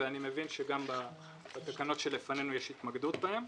ואני מבין שגם בתקנות שלנו יש התמקדות בהם.